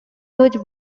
huge